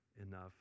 enough